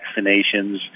vaccinations